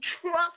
trust